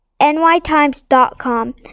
nytimes.com